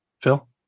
Phil